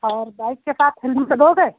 और बाइक के साथ हेलमेट दोगे